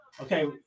Okay